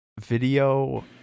video